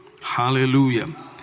Hallelujah